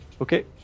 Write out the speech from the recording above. Okay